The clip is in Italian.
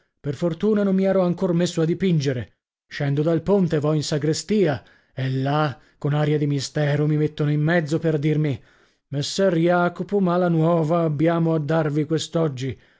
per fortuna non mi ero ancor messo a dipingere scendo dal ponte vo in sagrestia e là con aria di mistero mi mettono in mezzo per dirmi messer jacopo mala nuova abbiamo a darvi quest'oggi